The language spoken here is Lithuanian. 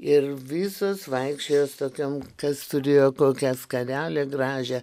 ir visos vaikščiojo su tokiom kas turėjo kokią skarelę gražią